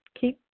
keep